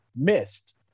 missed